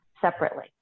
separately